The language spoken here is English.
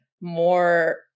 more